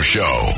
Show